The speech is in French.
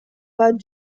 pas